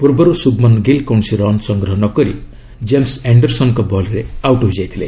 ପୂର୍ବରୁ ସୁବମନ୍ ଗିଲ୍ କୌଣସି ରନ୍ ସଂଗ୍ରହ ନକରି କ୍ଜେମ୍ବ ଆଶ୍ରସନ୍ଙ୍କ ବଲ୍ରେ ଆଉଟ୍ ହୋଇଥିଲେ